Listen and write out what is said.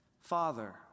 Father